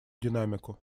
динамику